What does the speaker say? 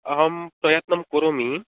अहं प्रयत्नं करोमि